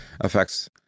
affects